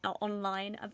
online